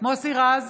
מוסי רז,